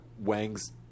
Wangs